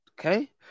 Okay